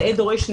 נאה דורש,